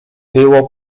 było